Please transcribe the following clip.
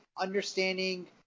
understanding